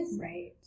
Right